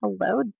hello